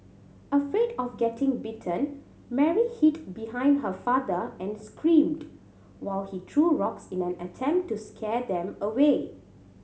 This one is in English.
afraid of getting bitten Mary hid behind her father and screamed while he threw rocks in an attempt to scare them away